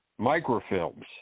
microfilms